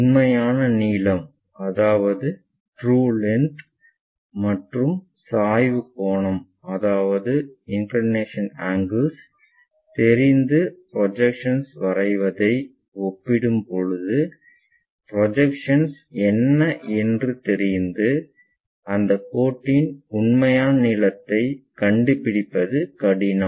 உண்மையான நீளம் மற்றும் சாய்வு கோணம் தெரிந்து ப்ஜெக்சன்ஸ் வரைவதை ஒப்பிடும்போது ப்ரொஜெக்ஷன் என்ன என்று தெரிந்து அந்த கோட்டின் உண்மையான நீளத்தைக் கண்டுபிடிப்பது கடினம்